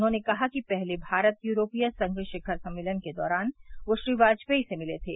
उन्होंने कहा कि पहले भारत यूरोपीय संघ शिखर सम्मेलन के दौरान वे श्री वाजपेई से मिले थे